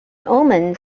omen